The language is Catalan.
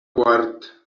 quart